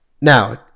Now